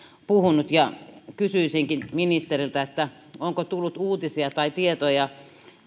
puhunut ja kysyisinkin ministeriltä onko tullut uutisia tai tietoja